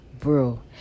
bro